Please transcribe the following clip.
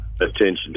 attention